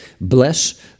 bless